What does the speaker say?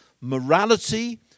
morality